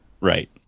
right